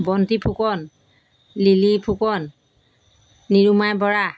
বন্তি ফুকন লিলি ফুকন নিৰুমাই বৰা